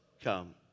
come